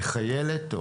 חיילת,